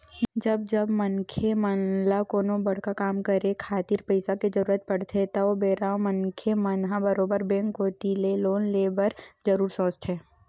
जब जब मनखे मन ल कोनो बड़का काम करे खातिर पइसा के जरुरत पड़थे त ओ बेरा मनखे मन ह बरोबर बेंक कोती ले लोन ले बर जरुर सोचथे